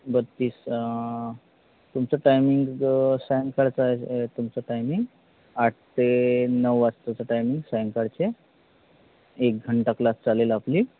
बत्तीस तुमचं टायमिंग सायंकाळचं तुमचं टायमिंग आठ ते नऊ वाजताचं टायमिंग सायंकाळचे एक घंटा क्लास चालेल आपली